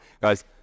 guys